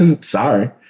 Sorry